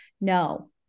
no